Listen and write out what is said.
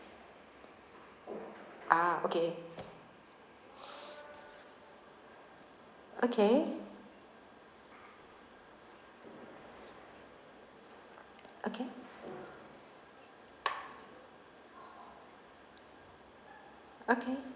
ah okay okay okay okay